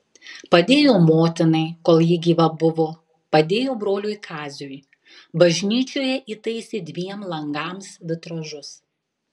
padėjo motinai kol ji gyva buvo padėjo broliui kaziui bažnyčioje įtaisė dviem langams vitražus